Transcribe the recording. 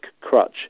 crutch